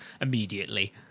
immediately